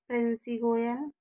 Princy Goyal